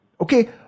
Okay